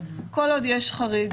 אמירה לפיה כל עוד יש חריג,